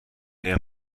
der